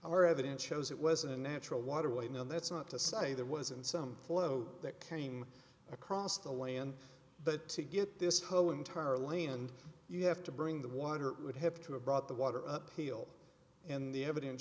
this our evidence shows it was a natural waterway no that's not to say there wasn't some flow that came across the land but to get this whole entire land you have to bring the water would have to have brought the water uphill and the evidence